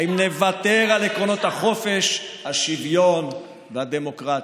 האם נוותר על עקרונות החופש, השוויון והדמוקרטיה?